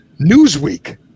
Newsweek